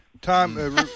Tom